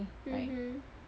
mmhmm